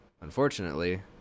unfortunately